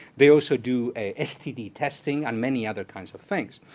they also do a std testing, and many other kinds of things.